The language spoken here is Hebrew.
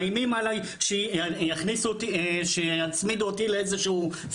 מאיימים עליי שיצמידו אותי לאיזשהו ---.